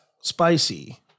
spicy